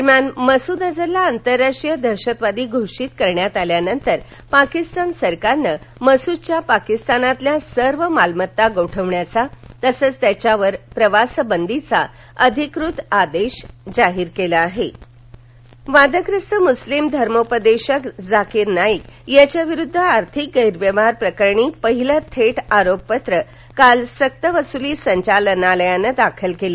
दरम्यान मसूद अझरला आंतरराष्ट्रीय दहशतवादी घोषित करण्यात आल्यानंतर पाकिस्तान सरकारनं मसूदच्या पाकिस्तानातील सर्व मालमत्ता गोठवण्याचा तसंच त्याच्यावर प्रवासबंदीचा अधिकृत आदेश जारी केला आरोपपत्र वादग्रस्त मुस्लीम धर्मोपदेशक झाकीर नाईक याच्याविरुद्ध आर्थिक गैरव्यवहार प्रकरणी पहिलं थेट आरोपपत्र काल सक्तवसुली संचालनालयानं दाखल केलं